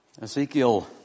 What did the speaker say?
Ezekiel